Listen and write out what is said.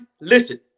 listen